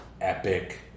epic